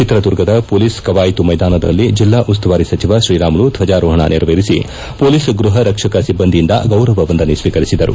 ಚಿತ್ರದುರ್ಗದ ಪೊಲೀಸ್ ಕವಾಯಿತು ಮೈದಾನದಲ್ಲಿ ಜಿಲ್ಲಾ ಉಸ್ತುವಾರಿ ಸಚಿವ ತ್ರೀರಾಮುಲು ದ್ವಜಾರೋಹಣ ನೆರವೇರಿಸಿ ಪೊಲೀಸ್ ಗೃಪ ರಕ್ಷಕ ಸಿಬ್ಬಂದಿಯಿಂದ ಗೌರವ ವಂದನೆ ಸ್ವೀಕರಿಸಿದರು